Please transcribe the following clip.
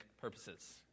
purposes